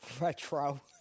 retro